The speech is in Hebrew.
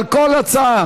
על כל הצעה.